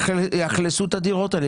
שיאכלסו את הדירות האלה.